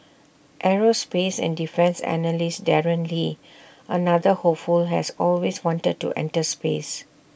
aerospace and defence analyst Darren lee another hopeful has always wanted to enter space